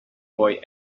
boy